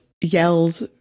yells